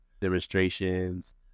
demonstrations